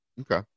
Okay